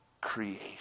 creation